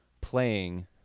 playing